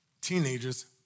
teenagers